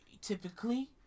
typically